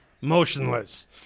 motionless